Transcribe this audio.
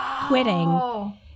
quitting